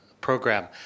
program